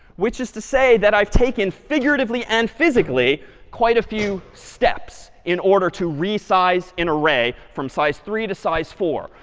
which is to say that i've taken figuratively and physically quite a few steps in order to resize an array from size three to size four,